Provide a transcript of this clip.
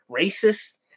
racist